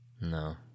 No